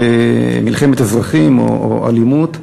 מלחמת אזרחים או אלימות.